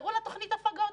קראו לה תוכנית הפגות,